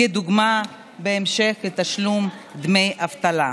לדוגמה בהמשך תשלום דמי אבטלה,